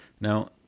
Now